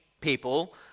people